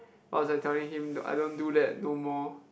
I was like telling him d~ I don't do that no more